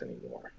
anymore